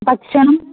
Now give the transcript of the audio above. ഭക്ഷണം